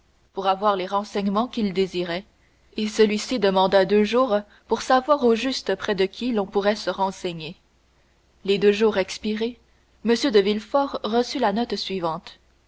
pour avoir les renseignements qu'il désirait et celui-ci demanda deux jours pour savoir au juste près de qui l'on pourrait se renseigner les deux jours expirés m de villefort reçut la note suivante